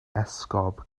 esgob